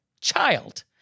child